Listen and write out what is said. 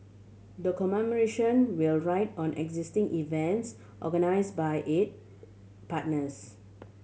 the commemoration will ride on existing events organise by it partners